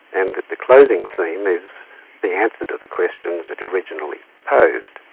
and the closing theme is the answer to the questions it originally posed.